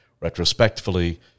retrospectively